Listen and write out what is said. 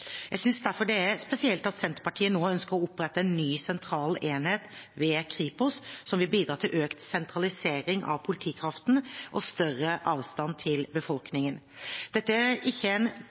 Jeg synes derfor det er spesielt at Senterpartiet nå ønsker å opprette en ny sentral enhet ved Kripos, som vil bidra til økt sentralisering av politikraften og større avstand til befolkningen. Dette er ikke en